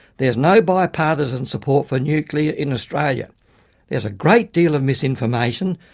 there is no bipartisan support for nuclear in australia. there is a great deal of misinformation,